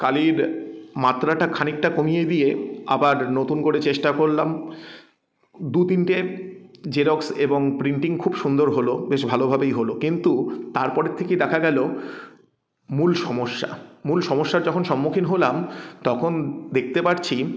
কালির মাত্রাটা খানিকটা কমিয়ে দিয়ে আবার নতুন করে চেষ্টা করলাম দু তিনটে জেরক্স এবং প্রিন্টিং খুব সুন্দর হলো বেশ ভালোভাবেই হলো কিন্তু তারপরের থেকেই দেখা গেলো মূল সমস্যা মূল সমস্যার যখন সম্মুখীন হলাম তখন দেখতে পারছি